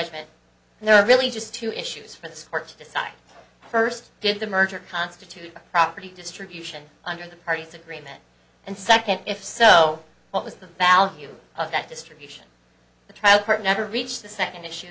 and there are really just two issues for this court to decide first did the merger constitute property distribution under the parties agreement and second if so what was the value of that distribution the trial court never reached the second issue